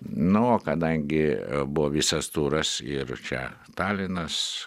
nu o kadangi buvo visas turas ir čia talinas